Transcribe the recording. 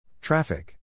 Traffic